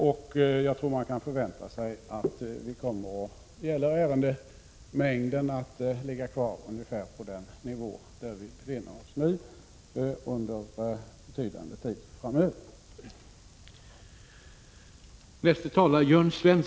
Jag tror att man kan förvänta sig att mängden under betydande tid framöver kommer att ligga kvar ungefär på den nivå där vi nu befinner oss.